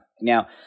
Now